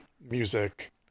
music